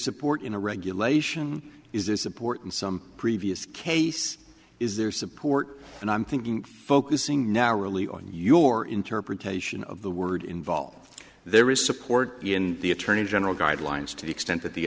support in a regulation is this important some previous case is there support and i'm thinking focusing narrowly on your interpretation of the word involved there is support in the attorney general guidelines to the extent that the